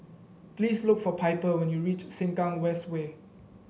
please look for Piper when you reach Sengkang West Way